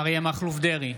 אריה מכלוף דרעי,